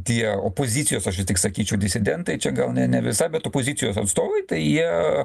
tie opozicijos aš čia tik sakyčiau disidentai čia gal ne ne visai bet opozicijos atstovai tai jie